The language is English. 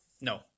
No